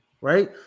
right